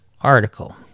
article